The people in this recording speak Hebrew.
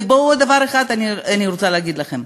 ועוד דבר אחד אני רוצה להגיד לכם: